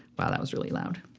wow that was really loud.